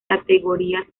categorías